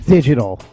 Digital